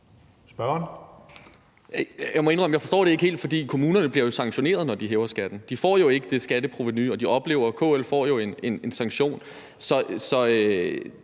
ikke forstår det helt, for kommunerne bliver sanktioneret, når de hæver skatten. De får jo ikke det skatteprovenu, og KL får en sanktion.